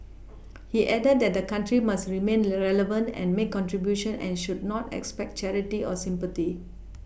he added that the country must remain relevant and make contributions and should not expect charity or sympathy